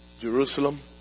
Jerusalem